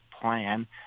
plan